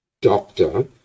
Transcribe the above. doctor